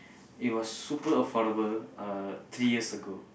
it was super affordable uh three years ago